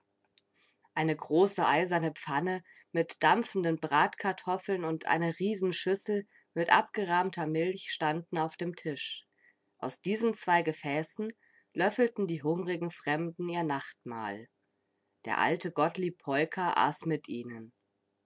eine große eiserne pfanne mit dampfenden bratkartoffeln und eine riesenschüssel mit abgerahmter milch standen auf dem tisch aus diesen zwei gefäßen löffelten die hungrigen fremden ihr nachtmahl der alte gottlieb peuker aß mit ihnen